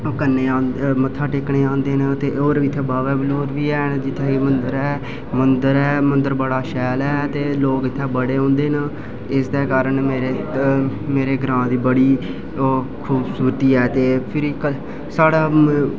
कन्ने मत्था टेकने गी आंदे न और इत्थे बाबा बलोर बी हैन जित्थे एह मंदर ऐ मंदर बडा शैल ऐ लोक इत्थे बडे औंदे न इसदे कारण बडे मेरी ग्रां दी बड़ी खूबसूरती ऐ ते फिर साढ़े बी